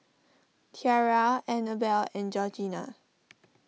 Tiara Annabelle and Georgina